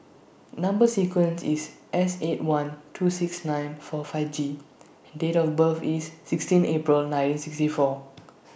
Number sequence IS S eight one two six nine four five G and Date of birth IS sixteen April nineteen sixty four